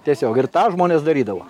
tiesiog ir tą žmonės darydavo